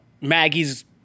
Maggie's